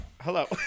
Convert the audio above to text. Hello